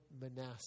Manasseh